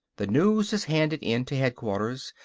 the news is handed in to headquarters,